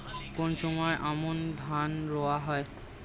কোন সময় আমন ধান রোয়া হয়?